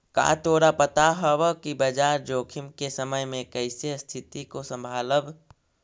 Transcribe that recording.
का तोरा पता हवअ कि बाजार जोखिम के समय में कइसे स्तिथि को संभालव